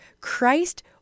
Christ